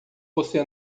você